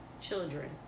children